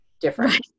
different